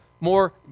more